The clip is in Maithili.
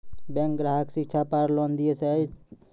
बैंक ग्राहक शिक्षा पार लोन लियेल चाहे ते?